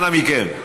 אנא מכם,